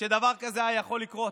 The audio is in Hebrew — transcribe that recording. שדבר כזה היה יכול לקרות,